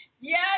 Yes